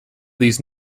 these